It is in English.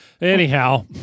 Anyhow